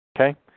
Okay